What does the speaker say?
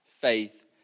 faith